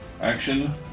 action